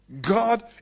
God